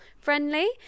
friendly